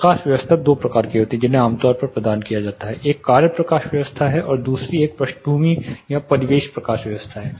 प्रकाश व्यवस्था दो प्रकार की होती है जिन्हें आमतौर पर प्रदान किया जाता है एक कार्य प्रकाश व्यवस्था है और दूसरी एक पृष्ठभूमि या परिवेश प्रकाश व्यवस्था है